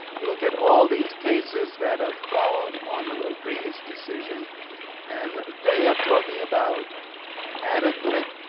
you look at all these cases that have followed on the rodriguez decision and they are talking about adequate,